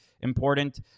important